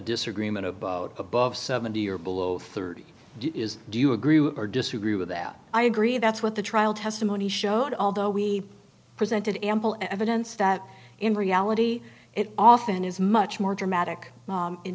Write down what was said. disagreement about above seventy or below thirty is do you agree with or disagree with that i agree that's what the trial testimony showed although we presented ample evidence that in reality it often is much more dramatic